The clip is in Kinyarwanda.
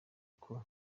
uko